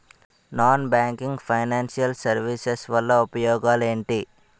Non banking financial services వల్ల ఉపయోగాలు ఎంటి?